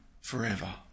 forever